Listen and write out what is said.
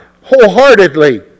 wholeheartedly